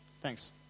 Thanks